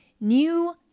new